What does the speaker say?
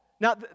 Now